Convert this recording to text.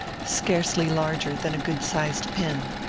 scarcely larger than a good-sized pin.